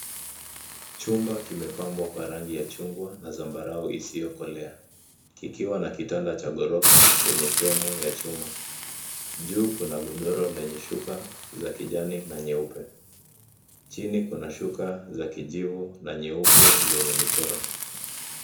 Chumba kimepambwa kwa rangi ya chungwa, na zambarau isiyokolea. Kikiwa na kitanda cha ghorofa, chenye fremu ya chuma. Juu kuna godoro lenye shuka, za kijani na nyeupe. Chini kuna shuka za kijivu, na nyeupe, zenye michoro.